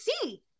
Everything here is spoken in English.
see